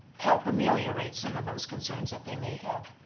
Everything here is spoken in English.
help ameliorate some of those concerns that they may have.